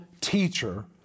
teacher